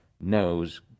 knows